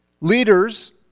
Leaders